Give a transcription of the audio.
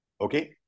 okay